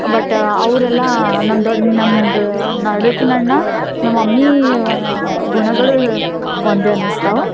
but ಅವರೆಲ್ಲ ನಮ್ಮ ದೊಡ್ಡ ನಮ್ದು ನಡುಕಿನಣ್ಣ ನಮ್ಮ ಮಮ್ಮೀ ಗುಣಗಳು ಒಂದೇ ಅನ್ನಿಸ್ತಾವು